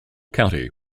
county